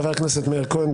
חבר הכנסת מאיר כהן,